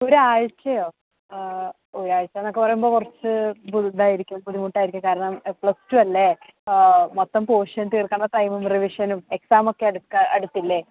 ഒരാഴ്ചയോ ഒരാഴ്ചന്നൊക്കെ പറയുമ്പോൾ കുറച്ചു ബു ഇതായിരിക്കും ബുദ്ധിമുട്ടായിരിക്കും കാരണം പ്ലസ് ടൂ അല്ലെ മൊത്തം പോർഷൻസ് തീർക്കേണ്ട ടൈമും റിവിഷനും എക്സാമൊക്കെ അടുക്കുക അടുത്തില്ലേ